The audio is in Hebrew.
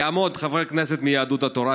יעמוד חבר כנסת מיהדות התורה,